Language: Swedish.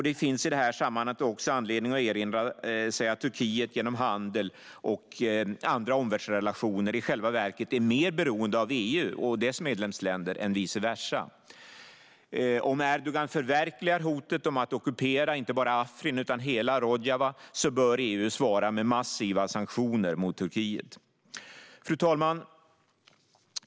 Det finns i detta sammanhang också anledning att erinra sig att Turkiet genom handel och andra omvärldsrelationer i själva verket är mer beroende av EU och dess medlemsländer än vice versa. Om Erdogan förverkligar hotet om att ockupera inte bara Afrin utan hela Rojava bör EU svara med massiva sanktioner mot Turkiet. Fru talman!